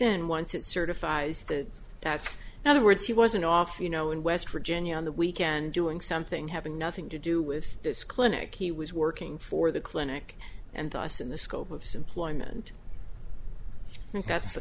in once it certifies that that's another words he wasn't off you know in west virginia on the weekend doing something having nothing to do with this clinic he was working for the clinic and thus in the scope of his employment that's the